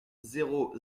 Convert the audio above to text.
zéro